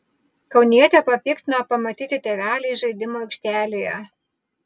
kaunietę papiktino pamatyti tėveliai žaidimų aikštelėje